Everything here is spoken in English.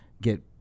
get